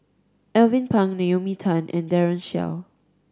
Alvin Pang Naomi Tan and Daren Shiau